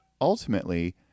ultimately